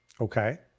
Okay